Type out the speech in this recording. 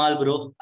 bro